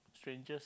strangers